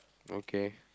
okay